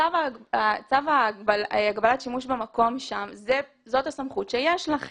צו הגבלת שימוש במקום שם, זאת הסמכות שיש לכם.